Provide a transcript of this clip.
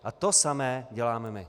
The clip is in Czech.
A to samé děláme my.